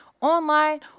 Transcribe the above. online